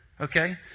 Okay